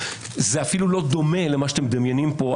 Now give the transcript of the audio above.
זה אפילו לא דומה למה שאתם מדמיינים פה,